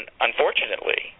unfortunately